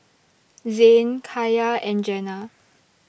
Zayne Kaia and Jenna